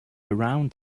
around